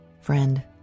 friend